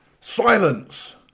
Silence